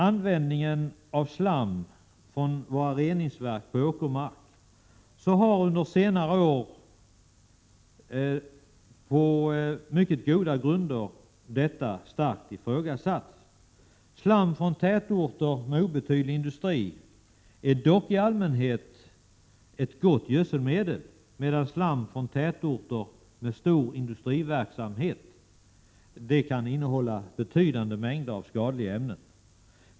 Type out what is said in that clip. Användningen av slam från våra reningsverk på åkermark har under senare år på mycket goda grunder starkt ifrågasatts. Slam från tätorter med obetydlig industri är dock i allmänhet ett gott gödselmedel, medan slam från tätorter med stor industriverksamhet kan innehålla betydande mängder skadliga ämnen.